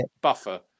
buffer